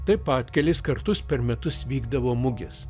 taip pat kelis kartus per metus vykdavo mugės